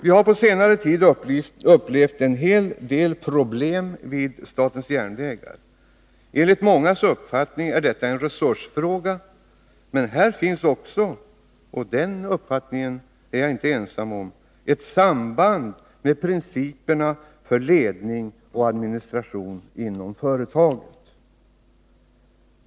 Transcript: Vi har på senare tid upplevt en hel del problem vid statens järnvägar. Enligt mångas uppfattning är detta en resursfråga, men här finns också — och den uppfattningen är jag inte ensam om — ett samband med principerna för ledning och administration inom företaget.